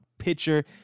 pitcher